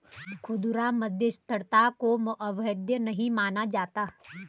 खुदरा मध्यस्थता को अवैध नहीं माना जाता है